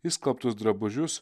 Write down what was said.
išskalbtus drabužius